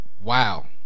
Wow